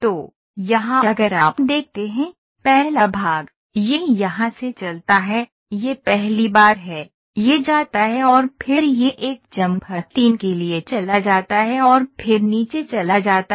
तो यहाँ अगर आप देखते हैं पहला भाग यह यहाँ से चलता है यह पहली बार है यह जाता है और फिर यह एक चम्फर 3 के लिए चला जाता है और फिर नीचे चला जाता है